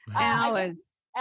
hours